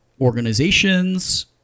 organizations